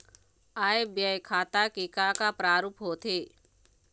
आय व्यय खाता के का का प्रारूप होथे?